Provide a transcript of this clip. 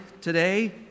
today